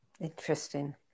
Interesting